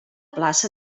plaça